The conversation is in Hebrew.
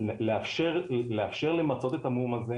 לאפשר למצות את המום הזה,